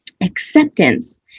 acceptance